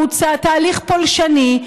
והוא תהליך פולשני,